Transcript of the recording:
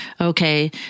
Okay